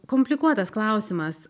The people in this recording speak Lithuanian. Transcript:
komplikuotas klausimas